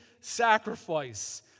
sacrifice